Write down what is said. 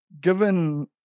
given